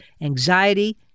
anxiety